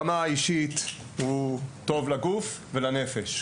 שספורט ברמה האישית טוב לגוף ולנפש.